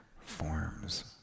forms